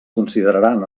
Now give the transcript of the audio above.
consideraran